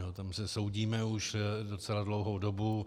O tom se soudíme už docela dlouhou dobu.